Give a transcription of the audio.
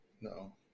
No